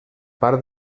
part